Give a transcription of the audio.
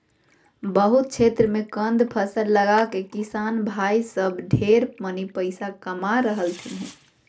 बहुत क्षेत्र मे कंद फसल लगाके किसान भाई सब ढेर मनी पैसा कमा रहलथिन हें